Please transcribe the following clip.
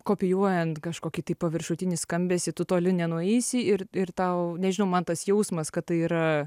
kopijuojant kažkokį tai paviršutinį skambesį tu toli nenueisi ir tau nežinau man tas jausmas kad tai yra